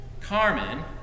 Carmen